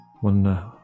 one